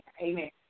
Amen